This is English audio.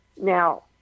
Now